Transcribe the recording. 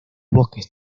bosques